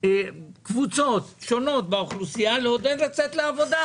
קבוצות באוכלוסייה לצאת לעבודה,